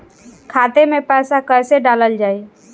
खाते मे पैसा कैसे डालल जाई?